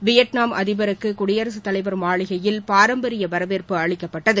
Vietnam அதிபருக்கு குடியரசு தலைவர் மாளிகையில் பாரம்பரிய வரவேற்பு அளிக்கப்பட்டது